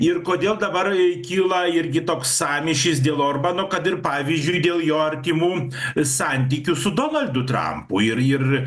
ir kodėl dabar kyla irgi toks sąmyšis dėl orbano kad ir pavyzdžiui dėl jo artimų santykių su donaldu trumpu ir ir